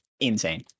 insane